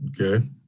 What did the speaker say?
Okay